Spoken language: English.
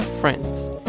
friends